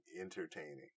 entertaining